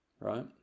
right